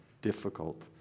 difficult